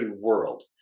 world